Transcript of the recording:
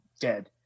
dead